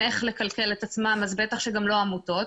איך לכלכל את עצמם אז בטח שגם לא עמותות,